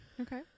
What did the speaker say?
Okay